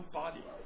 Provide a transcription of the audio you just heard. body 。